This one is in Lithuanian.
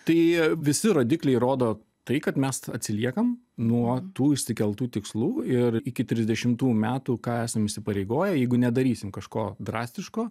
tai visi rodikliai rodo tai kad mes atsiliekam nuo tų išsikeltų tikslų ir iki trisdešimtų metų ką esam įsipareigoję jeigu nedarysim kažko drastiško